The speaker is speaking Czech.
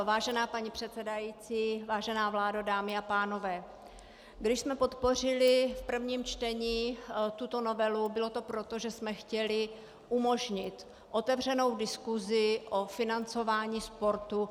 Vážená paní předsedající, vážená vládo, dámy a pánové, když jsme podpořili v prvním čtení tuto novelu, bylo to proto, že jsme chtěli umožnit otevřenou diskusi o financování sportu.